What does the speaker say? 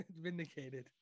vindicated